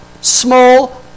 small